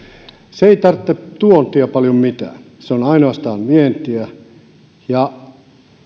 se ei tarvitse tuontia paljon mitään se on ainoastaan vientiä